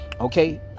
okay